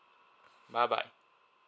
bye bye